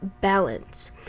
balance